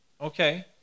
Okay